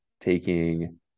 taking